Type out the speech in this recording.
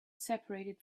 separated